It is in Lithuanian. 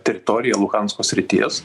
teritorija luhansko srities